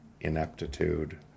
ineptitude